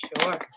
sure